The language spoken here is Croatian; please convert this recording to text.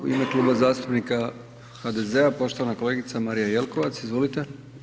U ime Kluba zastupnika, poštovana kolegica Marija Jelkovac, izvolite.